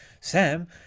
Sam